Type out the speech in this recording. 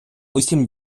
усім